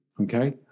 okay